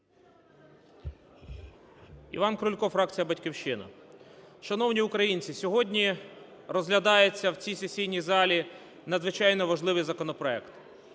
Іван Крулько, фракція "Батьківщина". Шановні українці, сьогодні розглядається в цій сесійній залі надзвичайно важливий законопроект.